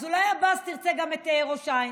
אז אולי, עבאס, תרצה גם את ראש העין?